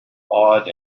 awed